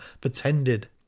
pretended